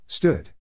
Stood